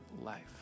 life